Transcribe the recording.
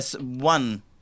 one